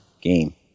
game